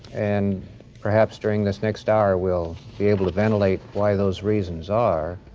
and perhaps during this next hour, we'll be able the ventilate why those reasons are.